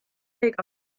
seega